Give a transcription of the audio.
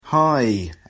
Hi